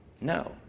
No